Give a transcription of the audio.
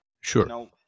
Sure